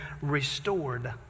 restored